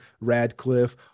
Radcliffe